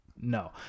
No